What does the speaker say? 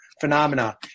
phenomena